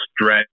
stretch